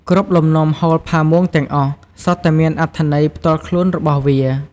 គ្រប់លំនាំហូលផាមួងទាំងអស់សុទ្ធតែមានអត្ថន័យផ្ទាល់ខ្លួនរបស់វា។